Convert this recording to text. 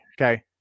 Okay